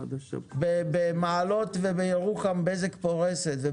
במעלות ובירוחם ובעוד מקומות בזק פורסת.